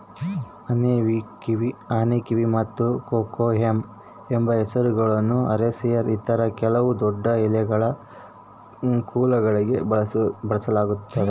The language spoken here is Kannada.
ಆನೆಕಿವಿ ಮತ್ತು ಕೊಕೊಯಮ್ ಎಂಬ ಹೆಸರುಗಳನ್ನು ಅರೇಸಿಯ ಇತರ ಕೆಲವು ದೊಡ್ಡಎಲೆಗಳ ಕುಲಗಳಿಗೆ ಬಳಸಲಾಗ್ತದ